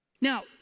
Now